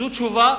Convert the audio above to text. זאת תשובה פוגעת.